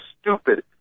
stupid